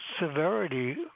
severity